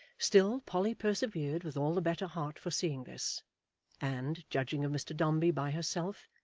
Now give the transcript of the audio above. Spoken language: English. still, polly persevered with all the better heart for seeing this and, judging of mr dombey by herself,